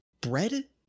bread